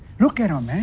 look at um em,